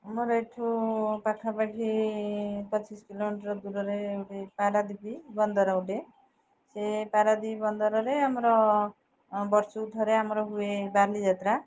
ଆମର ଏଠୁ ପାଖାପାଖି ପଚିଶ କିଲୋମିଟର ଦୂରରେ ଗୋଟେ ପାରାଦ୍ୱୀପ ବନ୍ଦର ଗୋଟେ ସେ ପାରାଦ୍ୱୀପ ବନ୍ଦରରେ ଆମର ବର୍ଷକୁ ଥରେ ଆମର ହୁଏ ବାଲିଯାତ୍ରା